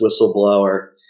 whistleblower